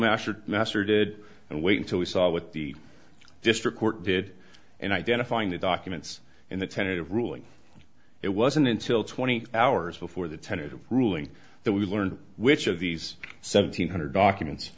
master master did and wait until we saw what the district court did and identifying the documents in the tentative ruling it wasn't until twenty hours before the tentative ruling that we learned which of these seven hundred documents